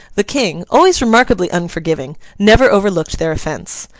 the king, always remarkably unforgiving, never overlooked their offence.